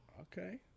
okay